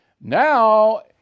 Now